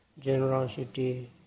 generosity